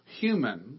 human